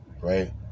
right